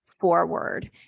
forward